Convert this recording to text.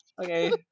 Okay